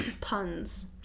puns